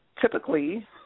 Typically